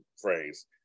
phrase